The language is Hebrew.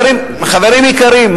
חברים יקרים,